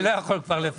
אני לא יכול לפרט.